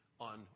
on